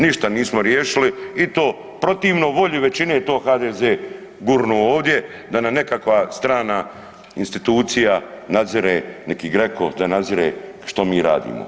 Ništa nismo riješili i to protivno volji većine, to HDZ gurnuo ovdje da na nekakva strana institucija nadzire, neki GRECO, da nadzire što mi radimo.